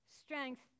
strength